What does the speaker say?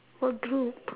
what group